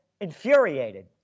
infuriated